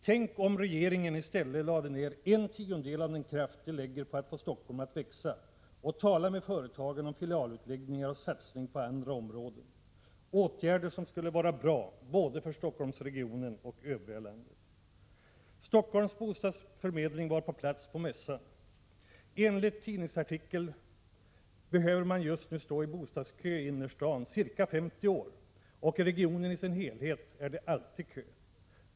Tänk om regeringen lade ned en tiondel av den kraft som den lägger ned på att få Stockholm att växa på att tala med företagen om filialutläggningar och satsningar på andra områden. Det är åtgärder som skulle vara bra både för Stockholmsregionen och för övriga landet. Stockholms bostadsförmedling var på plats på mässan. Enligt en tidningsartikel behöver man just nu stå i bostadskö i innerstan ca 50 år, och i regionen i sin helhet är det alltid kö.